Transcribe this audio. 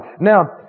Now